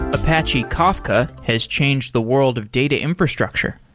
apache kafka has changed the world of data infrastructure,